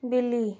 بلّی